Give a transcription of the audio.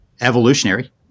evolutionary